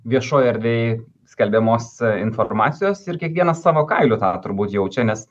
viešoj erdvėj skelbiamos informacijos ir kiekvienas savo kailiu tai turbūt jaučia nes